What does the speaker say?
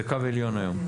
זה קו עליון היום.